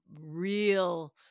real